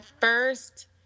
first